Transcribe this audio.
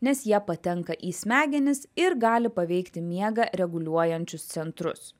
nes jie patenka į smegenis ir gali paveikti miegą reguliuojančius centrus